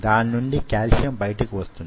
దానిలో నుండి కాల్షియం బయటకు వస్తుంది